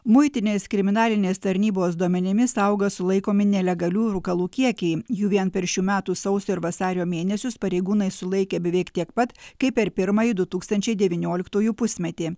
muitinės kriminalinės tarnybos duomenimis auga sulaikomi nelegalių rūkalų kiekiai jų vien per šių metų sausio ir vasario mėnesius pareigūnai sulaikė beveik tiek pat kaip per pirmąjį du tūkstančiai devynioliktųjų pusmetį